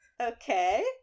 okay